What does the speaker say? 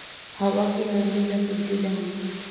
हवा के नमी ल कइसे जानबो?